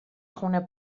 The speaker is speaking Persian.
خون